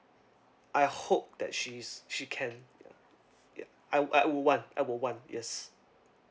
I hope that she's she can ya ya I would I would want I would want yes